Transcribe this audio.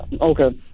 okay